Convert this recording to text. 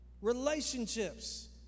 Relationships